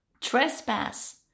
trespass